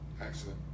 accident